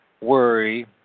worry